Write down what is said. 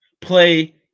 play